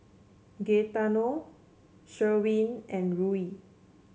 Gaetano Sherwin and Ruie